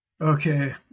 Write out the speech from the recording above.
okay